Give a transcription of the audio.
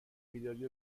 بیداری